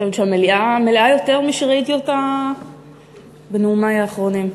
אני חושבת שהמליאה מלאה יותר משראיתי אותה בנאומי האחרונים.